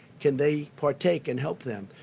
can they partake and help them.